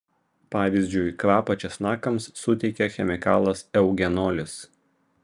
pavyzdžiui kvapą česnakams suteikia chemikalas eugenolis